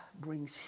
brings